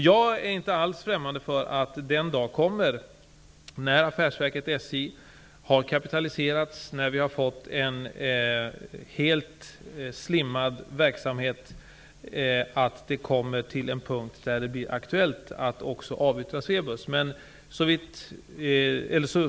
Jag är inte alls främmande för att den dagen kommer -- när affärsverket SJ har kapitaliserats, när vi har fått en helt slimmad verksamhet -- då det blir aktuellt att också avyttra Swebus.